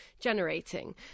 generating